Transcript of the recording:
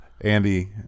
Andy